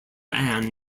ann